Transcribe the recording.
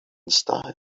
style